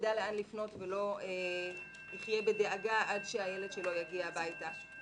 יידע לאן לפנות ולא יחיה בדאגה עד שהילד שלו יגיע הביתה.